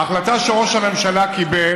ההחלטה שראש הממשלה קיבל